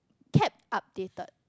kept updated